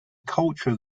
culture